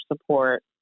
support